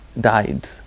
died